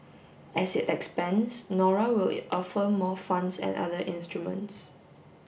as it expands Nora will it offer more funds and other instruments